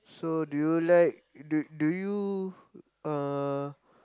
so do you like do do you uh